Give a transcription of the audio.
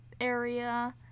area